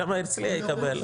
השאלה מה הרצליה יקבל.